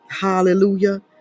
hallelujah